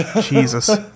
Jesus